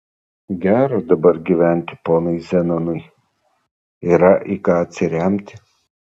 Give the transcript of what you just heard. gera dabar gyventi ponui zenonui yra į ką atsiremti